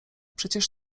przecież